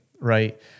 right